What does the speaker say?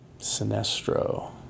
Sinestro